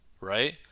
right